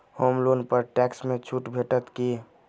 होम loan पर tax मे छुट भेटत की